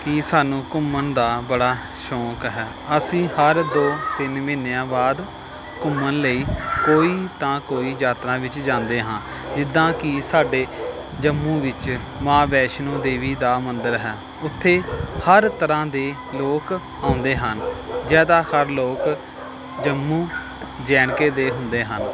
ਕਿ ਸਾਨੂੰ ਘੁੰਮਣ ਦਾ ਬੜਾ ਸ਼ੌਕ ਹੈ ਅਸੀਂ ਹਰ ਦੋ ਤਿੰਨ ਮਹੀਨਿਆਂ ਬਾਅਦ ਘੁੰਮਣ ਲਈ ਕੋਈ ਤਾਂ ਕੋਈ ਯਾਤਰਾ ਵਿੱਚ ਜਾਂਦੇ ਹਾਂ ਜਿੱਦਾਂ ਕਿ ਸਾਡੇ ਜੰਮੂ ਵਿੱਚ ਮਾਂ ਵੈਸ਼ਨੋ ਦੇਵੀ ਦਾ ਮੰਦਰ ਹੈ ਉੱਥੇ ਹਰ ਤਰ੍ਹਾਂ ਦੇ ਲੋਕ ਆਉਂਦੇ ਹਨ ਜ਼ਿਆਦਾਤਰ ਲੋਕ ਜੰਮੂ ਜੇ ਐਂਡ ਕੇ ਦੇ ਹੁੰਦੇ ਹਨ